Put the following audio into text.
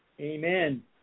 Amen